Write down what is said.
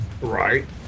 Right